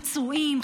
פצועים,